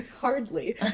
Hardly